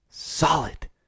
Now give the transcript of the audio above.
Solid